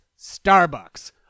Starbucks